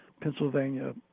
pennsylvania